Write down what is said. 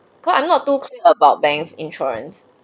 cause I'm not too clear about banks insurance